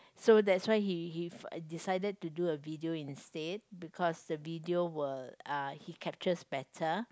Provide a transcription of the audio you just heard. so that's why he he decided to do a video instead because the video will uh he captures better